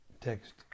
Text